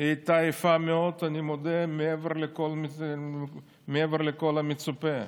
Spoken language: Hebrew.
הייתה יפה מאוד, אני מודה, מעבר לכל המצופה.